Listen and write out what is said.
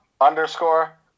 underscore